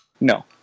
No